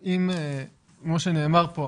כמו שנאמר פה,